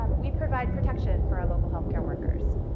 we provide protection for our local healthcare workers,